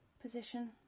position